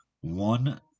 one